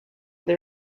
they